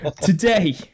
Today